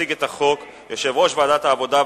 יציג את החוק יושב-ראש ועדת העבודה,